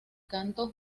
canto